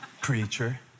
preacher